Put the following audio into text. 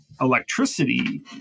electricity